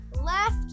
Left